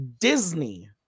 disney